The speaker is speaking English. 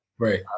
Right